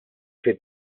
fid